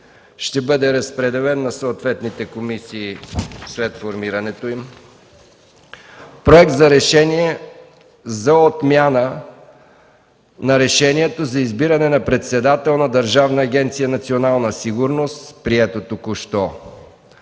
Ще бъде разпределен на съответните комисии след формирането им; - Проект за решение за отмяна на решението за избиране на председател на Държавна агенция „Национална сигурност”. Това